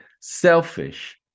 selfish